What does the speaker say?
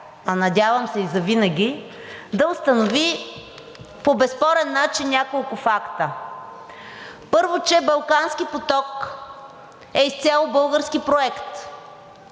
а надявам се и завинаги, да установи по безспорен начин няколко факта. Първо, че Балкански поток е изцяло български проект.